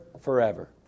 forever